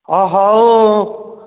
ହଉ